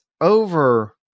over